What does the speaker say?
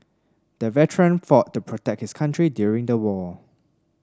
the veteran fought to protect his country during the war